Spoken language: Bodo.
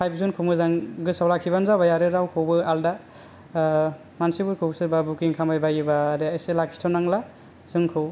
फाइब जुनखौ मोजां लाखिबानो जाबाय आरो रावखौबो आलदा मानसिफोरखौ सोरबा भुखिं खालामबाय बायोबा आदाया एसे लाखिथनांला जोंखौ